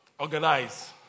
Organize